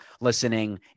listening